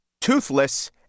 Toothless